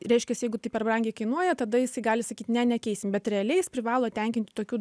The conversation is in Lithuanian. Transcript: reiškias jeigu tai per brangiai kainuoja tada jisai gali sakyt ne nekeisim bet realiai jis privalo tenkinti tokių